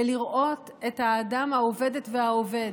של לראות את האדם העובדת והעובד,